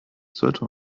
sollte